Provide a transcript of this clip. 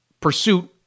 pursuit